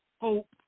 hope